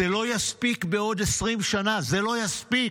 זה לא יספיק בעוד 20 שנה, זה לא יספיק.